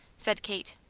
said kate.